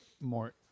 more